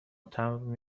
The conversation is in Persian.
تمبر